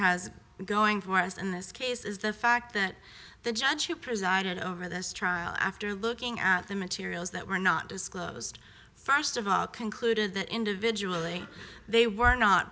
has going for us in this case is the fact that the judge who presided over this trial after looking at the materials that were not disclosed first of all concluded the individual thing they were not